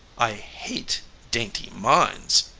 i hate dainty minds,